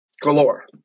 galore